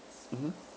mmhmm